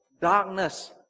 darkness